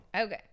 Okay